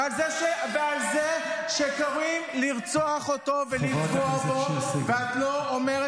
אני מדבר עכשיו על ראש ממשלת ישראל, ולא משנה